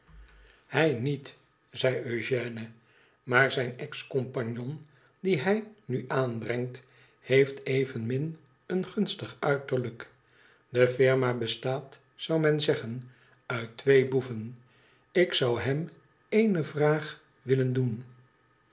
hij niet zei eugène maar zijn ex compagnon dien hij nu aanbrengt heeft evenmin een gimstig uiterlijk de firma bestaat zou men zeggen uit twee boeven ik zou hem ééne vraag willen doen